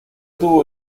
tuvo